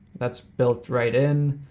that's built right in.